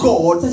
God